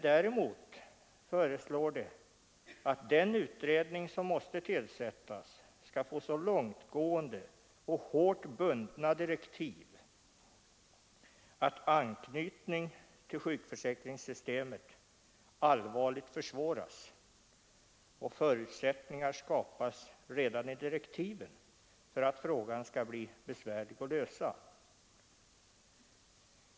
Däremot föreslår de att den utredning som måste tillsättas skall få så långtgående och hårt bundna direktiv att anknytningen till sjukförsäkringssystemet allvarligt försvåras och förutsättningar skapas redan i direktiven för att frågan skall bli besvärlig att lösa.